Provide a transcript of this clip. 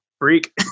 freak